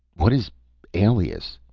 what is alias?